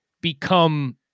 become